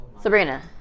Sabrina